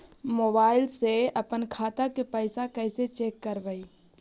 Mobile से अपन खाता के पैसा कैसे चेक करबई?